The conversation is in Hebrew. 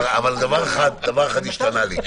אבל דבר אחד השתנה לי,